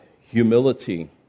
humility